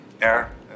air